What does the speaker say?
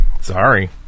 Sorry